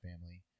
family